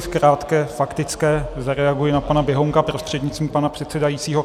V krátké faktické zareaguji na pana Běhounka prostřednictvím pana předsedajícího.